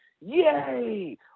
Yay